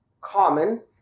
common